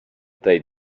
they